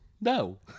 no